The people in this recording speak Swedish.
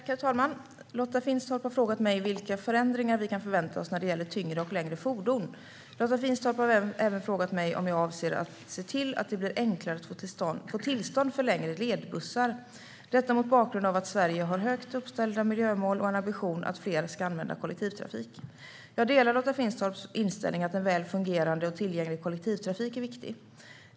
Herr talman! Lotta Finstorp har frågat mig vilka förändringar vi kan förvänta oss när det gäller tyngre och längre fordon. Lotta Finstorp har även frågat mig om jag avser att se till att det blir enklare att få tillstånd för längre ledbussar - detta mot bakgrund av att Sverige har högt uppställda miljömål och en ambition om att fler ska åka med kollektivtrafik. Jag delar Lotta Finstorps inställning att en väl fungerande och tillgänglig kollektivtrafik är viktig.